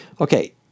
Okay